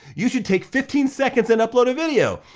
you should take fifteen seconds and upload a video.